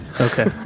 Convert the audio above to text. Okay